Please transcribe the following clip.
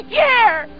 care